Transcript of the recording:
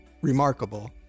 remarkable